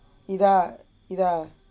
இதா இதா:ithaa ithaa